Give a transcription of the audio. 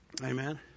Amen